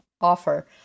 offer